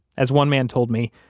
as one man told me,